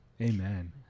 amen